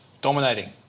dominating